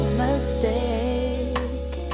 mistake